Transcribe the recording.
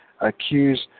accused